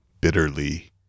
bitterly